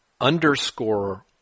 underscore